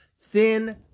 thin